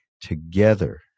together